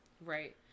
Right